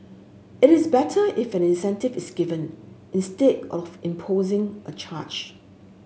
it is better if an incentive is given instead of imposing a charge